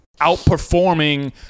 outperforming